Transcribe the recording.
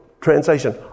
translation